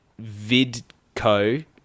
VidCo